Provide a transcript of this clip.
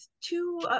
two